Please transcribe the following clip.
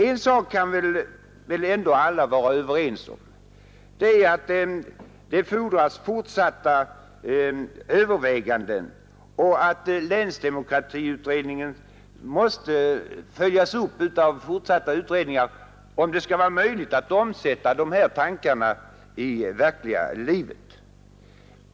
En sak kan väl ändå alla vara överens om, nämligen att det fordras fortsatta överväganden och att länsdemokratiutredningen måste följas upp av fortsatta utredningar om det skall vara möjligt att omsätta dessa tankar i verkliga livet.